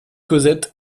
cosette